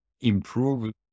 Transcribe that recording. improve